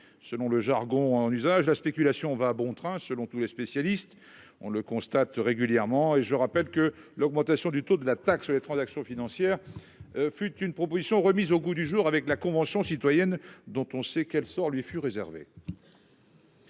selon le jargon en usage la spéculation va bon train selon tous les spécialistes, on le constate régulièrement et je rappelle que l'augmentation du taux de la taxe sur les transactions financières fut une proposition remise au goût du jour avec la Convention citoyenne dont on sait quel sort lui fut réservé.